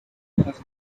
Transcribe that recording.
not